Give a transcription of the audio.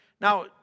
Now